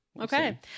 Okay